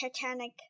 Titanic